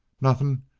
nothin'.